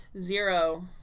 zero